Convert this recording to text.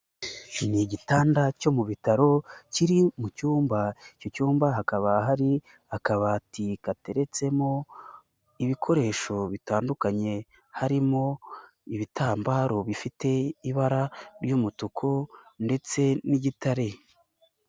Ni igitanda cyo mu bitaro, kiri mu cyumba, icyo cyumba hakaba hari akabati gateretsemo ibikoresho bitandukanye, harimo ibitambaro bifite ibara ry'umutuku ndetse n'igitare.